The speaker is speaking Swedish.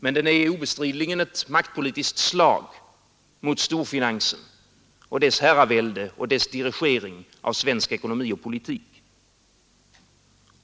Men det är obestridligen ett maktpolitiskt slag mot storfinansen, dess herravälde och dess dirigering av svensk ekonomi och politik.